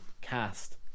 cast